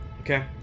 Okay